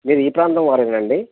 మీరు ఈ ప్రాంతం వారేనండి